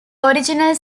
original